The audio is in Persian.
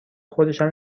خودشم